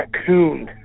raccoon